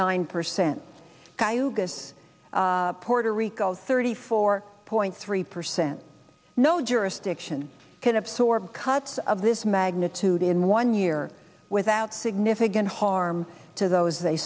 nine percent cayugas puerto rico thirty four point three percent no jurisdiction can absorb cuts of this magnitude in one year without significant harm to those they